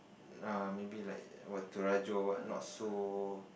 ah maybe like what Torajo what not so